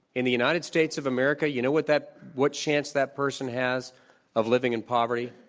in the united states of america, you know what that what chance that person has of living in poverty?